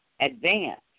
advance